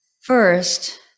First